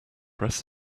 press